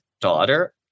daughter